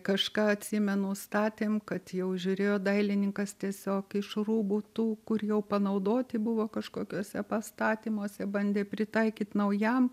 kažką atsimenu statėm kad jau žiūrėjo dailininkas tiesiog iš rūbų tų kur jau panaudoti buvo kažkokiuose pastatymuose bandė pritaikyt naujam